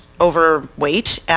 overweight